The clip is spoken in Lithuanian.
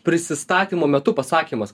prisistatymo metu pasakymas